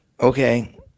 okay